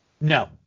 No